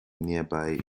nearby